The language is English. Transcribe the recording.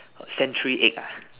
century eggs